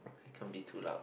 I can't be too loud